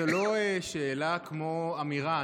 זאת לא שאלה, זו אמירה.